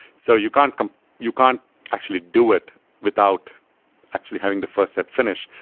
so you can't you can't actually do it without actually having the first set finished.